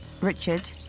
Richard